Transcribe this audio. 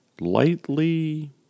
Lightly